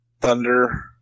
Thunder